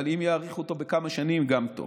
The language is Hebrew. אבל אם יאריכו אותו בכמה שנים, גם טוב.